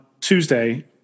Tuesday